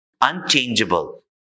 unchangeable